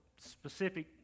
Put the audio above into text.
specific